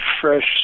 fresh